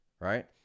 right